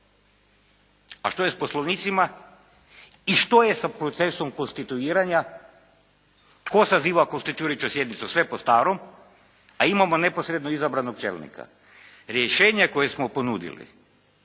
A što je s poslovnicima i što je sa procesom konstituiranja? Tko saziva konstatirajuću sjednicu, sve po starom, a imamo neposredno izabranog čelnika. Rješenje koje smo ponudili